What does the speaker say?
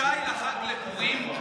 שי לחג לפורים,